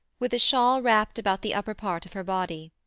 with a shawl wrapped about the upper part of her body.